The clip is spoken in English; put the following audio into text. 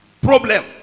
problem